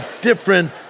different